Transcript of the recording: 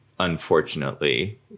Unfortunately